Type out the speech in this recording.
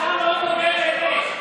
השר לא דובר אמת.